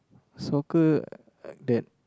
soccer uh that